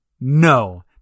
no